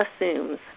assumes